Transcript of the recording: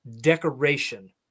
decoration